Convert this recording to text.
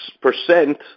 percent